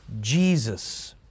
Jesus